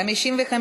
להעביר